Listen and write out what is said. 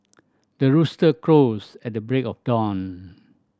the rooster crows at the break of dawn